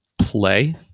play